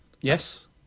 Yes